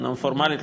אומנם פורמלית,